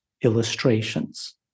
illustrations